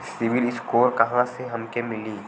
CIBIL score कहाँसे हमके मिली?